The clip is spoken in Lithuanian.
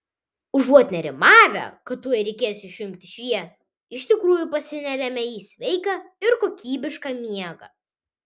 užuot nerimavę kad tuoj reikės išjungti šviesą iš tikrųjų pasineriame į sveiką ir kokybišką miegą